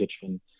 kitchen